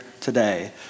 today